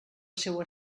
seua